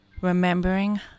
remembering